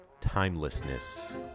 Timelessness